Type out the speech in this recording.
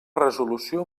resolució